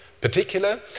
particular